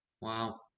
wow